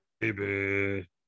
baby